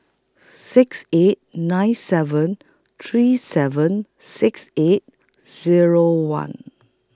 six eight nine seven three seven six eight Zero one